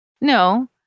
No